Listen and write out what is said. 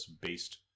based